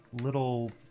little